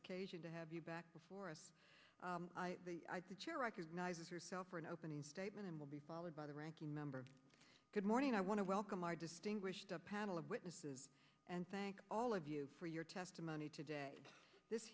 occasion to have you back before us the chair recognizes yourself for an opening statement and will be followed by the ranking member good morning i want to welcome our distinguished panel of witnesses and thank all of you for your testimony today this